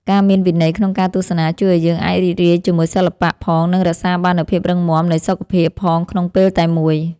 ការមានវិន័យក្នុងការទស្សនាជួយឱ្យយើងអាចរីករាយជាមួយសិល្បៈផងនិងរក្សាបាននូវភាពរឹងមាំនៃសុខភាពផងក្នុងពេលតែមួយ។